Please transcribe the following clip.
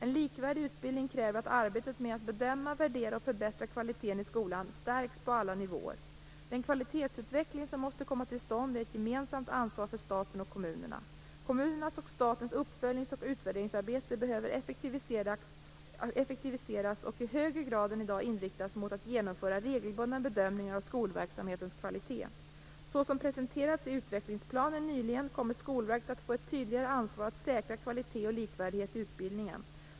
En likvärdig utbildning kräver att arbetet med att bedöma, värdera och förbättra kvaliteten i skolan stärks på alla nivåer. Den kvalitetsutveckling som måste komma till stånd är ett gemensamt ansvar för staten och kommunerna. Kommunernas och statens uppföljnings och utvärderingsarbete behöver effektiviseras och i högre grad än i dag inriktas mot att genomföra regelbundna bedömningar av skolverksamhetens kvalitet. Så som presenterats i Utvecklingsplanen nyligen kommer Skolverket att få ett tydligare ansvar att säkra kvalitet och likvärdighet i utbildningen.